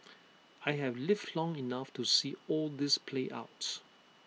I have lived long enough to see all this play out